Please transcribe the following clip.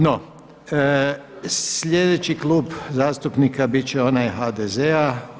No, sljedeći Klub zastupnika biti će onaj HDZ-a.